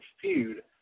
feud